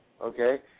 Okay